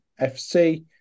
FC